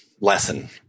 lesson